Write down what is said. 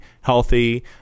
healthy